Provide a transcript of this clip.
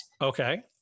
Okay